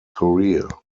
career